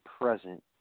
present